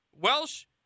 Welsh